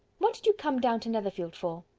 what did you come down to netherfield for?